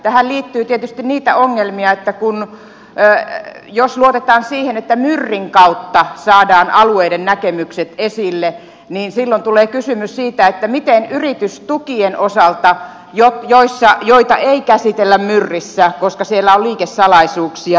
tähän liittyy tietysti niitä ongelmia että jos luotetaan siihen että myrin kautta saadaan alueiden näkemykset esille niin silloin tulee kysymys siitä miten yritystukien osalta joita ei käsitellä myrissä koska siellä on liikesalaisuuksia